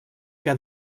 que